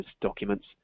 documents